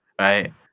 right